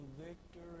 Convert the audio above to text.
victory